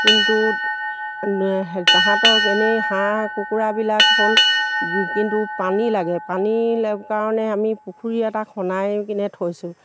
কিন্তু তাহাঁতক এনেই হাঁহ কুকুৰাবিলাক হ'ল কিন্তু পানী লাগে পানী কাৰণে আমি পুখুৰী এটা খন্দাই কিনে থৈছোঁ